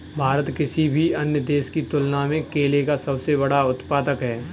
भारत किसी भी अन्य देश की तुलना में केले का सबसे बड़ा उत्पादक है